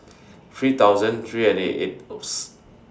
three thousand three and thirty eighth